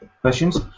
questions